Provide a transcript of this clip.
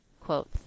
quote